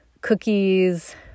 cookies